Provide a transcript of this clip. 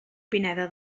pineda